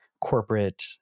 corporate